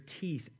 teeth